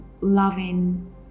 loving